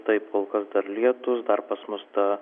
taip kol kas dar lietūs dar pas mus ta